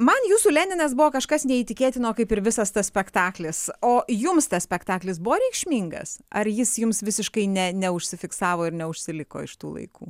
man jūsų leninas buvo kažkas neįtikėtino kaip ir visas tas spektaklis o jums tas spektaklis buvo reikšmingas ar jis jums visiškai ne neužsifiksavo ir neužsiliko iš tų laikų